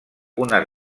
unes